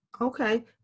Okay